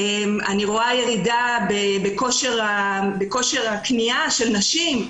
אני רואה ירידה בכושר הקנייה של נשים.